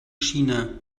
china